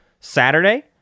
saturday